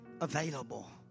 Available